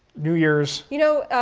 new years. you know,